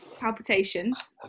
Palpitations